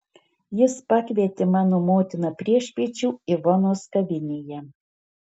jis pakvietė mano motiną priešpiečių ivonos kavinėje